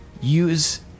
use